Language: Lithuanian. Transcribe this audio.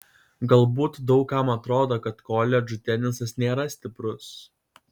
galbūt daug kam atrodo kad koledžų tenisas nėra stiprus